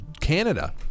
Canada